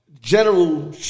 General